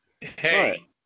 Hey